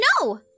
No